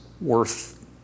worth